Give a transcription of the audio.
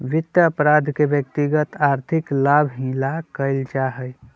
वित्त अपराध के व्यक्तिगत आर्थिक लाभ ही ला कइल जा हई